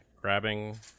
Grabbing